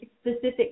specific